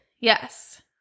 yes